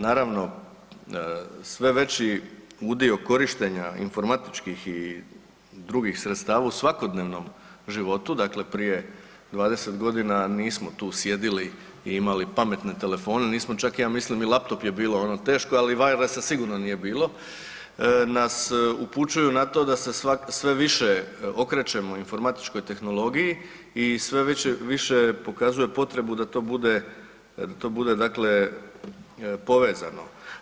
Naravno, sve veći udio korištenja informatičkih i drugih sredstava u svakodnevnom životu, dakle prije 20.g. nismo tu sjedili i imali pametne telefone, nismo čak ja mislim i laptop je bilo ono teško, ali … [[Govornik se ne razumije]] sam siguran nije bilo, nas upućuju na to da se sve više okrećemo informatičkoj tehnologiji i sve više pokazuje potrebu da to bude, da to bude dakle povezano.